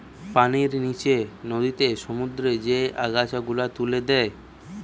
পানির নিচে নদীতে, সমুদ্রতে যে আগাছা গুলা তুলে দে